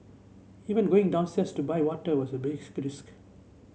even going downstairs to buy water was a risk